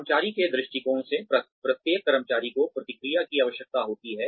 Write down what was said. कर्मचारी के दृष्टिकोण से प्रत्येक कर्मचारी को प्रतिक्रिया की आवश्यकता होती है